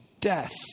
death